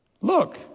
Look